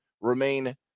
remain